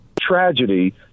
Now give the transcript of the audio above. tragedy